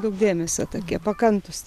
daug dėmesio tokie pakantūs